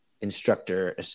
instructor